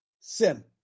sin